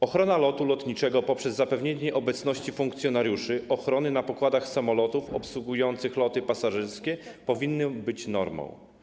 Ochrona ruchu lotniczego poprzez zapewnienie obecności funkcjonariuszy ochrony na pokładach samolotów obsługujących loty pasażerskie powinna być normą.